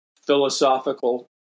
philosophical